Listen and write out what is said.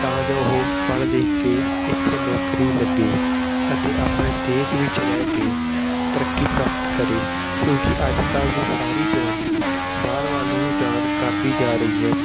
ਤਾਂ ਜੋ ਉਹ ਪੜ੍ਹ ਲਿਖ ਕੇ ਇੱਥੇ ਨੌਕਰੀ ਲੱਗੇ ਅਤੇ ਆਪਣੇ ਦੇਸ਼ ਵਿੱਚ ਰਹਿ ਕੇ ਤਰੱਕੀ ਪ੍ਰਾਪਤ ਕਰੇ ਕਿਉਂਕਿ ਅੱਜ ਕੱਲ੍ਹ ਦੀ ਸਾਰੀ ਜਵਾਨੀ ਬਾਹਰ ਵੱਲ ਨੂੰ ਰੁਝਾਨ ਕਰਦੀ ਜਾ ਰਹੀ ਹੈ